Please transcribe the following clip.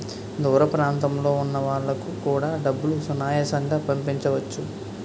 దూర ప్రాంతంలో ఉన్న వాళ్లకు కూడా డబ్బులు సునాయాసంగా పంపించవచ్చు